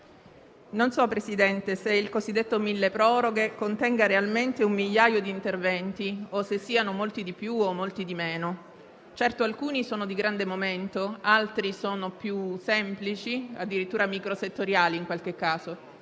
Signor Presidente, non so se il cosiddetto decreto milleproroghe contenga realmente un migliaio di interventi o se siano molti di più o molti di meno. Certo, alcuni sono di grande momento, altri sono più semplici, addirittura micro settoriali in qualche caso.